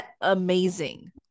amazing